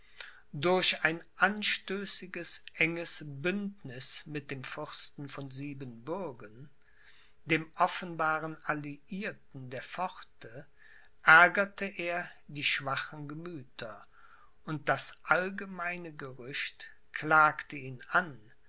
durch ein anstößiges enges bündniß mit dem fürsten von siebenbürgen dem offenbaren alliierten der pforte ärgerte er die schwachen gemüther und das allgemeine gerücht klagte ihn an